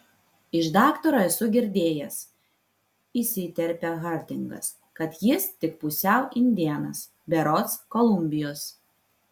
iš daktaro esu girdėjęs įsiterpia hardingas kad jis tik pusiau indėnas berods kolumbijos